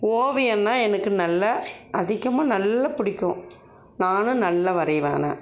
ஓவியம்ன்னா எனக்கு நல்ல அதிகமாக நல்லா பிடிக்கும் நானும் நல்லா வரைவேன் ஆன